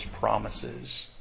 promises